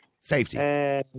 safety